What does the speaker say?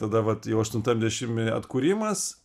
tada vat jau aštuntam dešimtmety atkūrimas